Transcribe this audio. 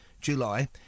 July